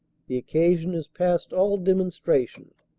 the occasion is past all demonstration.